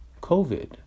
COVID